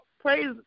Praise